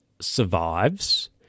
survives